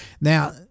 Now